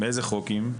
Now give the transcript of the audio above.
באיזה חוקים?